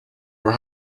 were